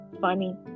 funny